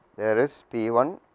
there is p one,